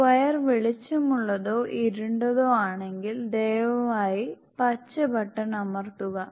square വെളിച്ചമുള്ളതോ ഇരുണ്ടതോ ആണെങ്കിൽ ദയവായി പച്ച ബട്ടൺ അമർത്തുക